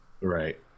right